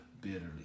bitterly